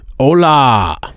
Hola